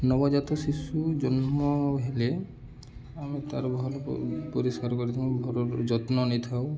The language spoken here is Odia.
ନବଜାତ ଶିଶୁ ଜନ୍ମ ହେଲେ ଆମେ ତାର ଭଲ ପରିଷ୍କାର କରିଥାଉ ଭଲ ଯତ୍ନ ନେଇଥାଉ